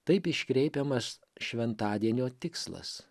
taip iškreipiamas šventadienio tikslas